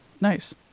Nice